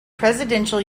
presidential